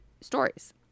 stories